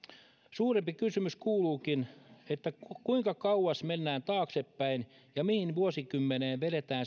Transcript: suurempi kysymys kuuluukin kuinka kauas mennään taaksepäin ja mihin vuosikymmeneen vedetään